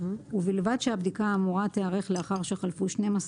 ובלבד שהבדיקה האמורה תיערך לאחר שחלפו שנים-עשר